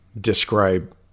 describe